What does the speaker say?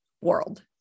world